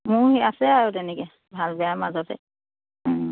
মোৰ আছে আৰু তেনেকে ভাল বেয়া মাজতে